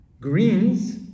Greens